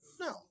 No